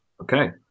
Okay